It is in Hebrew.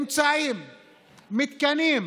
אמצעים ומתקנים.